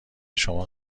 شما